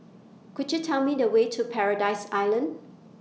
Could YOU Tell Me The Way to Paradise Island